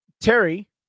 Terry